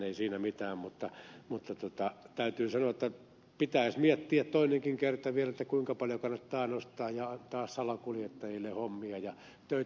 ei siinä mitään mutta täytyy sanoa että pitäisi miettiä toinenkin kerta vielä kuinka paljon kannattaa nostaa ja antaa salakuljettajille hommia ja töitä